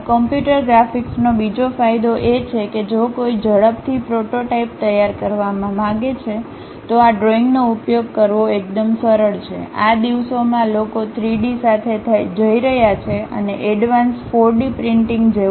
આ કમ્પ્યુટર ગ્રાફિક્સનો બીજો ફાયદો એ છે કે જો કોઈ ઝડપથી પ્રોટોટાઇપ તૈયાર કરવા માંગે છે તો આ ડ્રોઈંગનો ઉપયોગ કરવો એકદમ સરળ છે આ દિવસોમાં લોકો 3 ડી સાથે જઇ રહ્યા છે અને એડવાન્સ 4D પ્રિન્ટિંગ જેવું છે